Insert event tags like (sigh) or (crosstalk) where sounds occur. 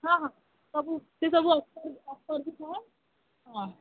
ହଁ ହଁ ସବୁ ସେସବୁ (unintelligible) ସହ ହଁ